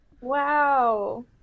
Wow